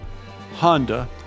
Honda